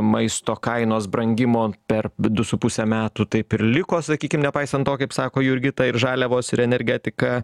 maisto kainos brangimo per du su puse metų taip ir liko sakykim nepaisant to kaip sako jurgita ir žaliavos ir energetika